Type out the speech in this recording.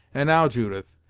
and now, judith,